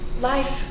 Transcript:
life